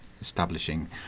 establishing